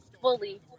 fully